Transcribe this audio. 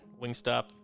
Wingstop